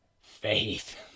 faith